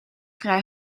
vrij